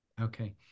Okay